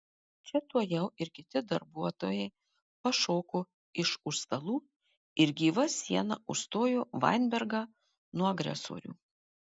čia tuojau ir kiti darbuotojai pašoko iš už stalų ir gyva siena užstojo vainbergą nuo agresorių